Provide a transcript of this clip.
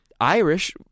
Irish